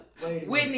Whitney